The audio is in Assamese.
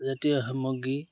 জাতীয় সামগ্ৰী